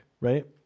right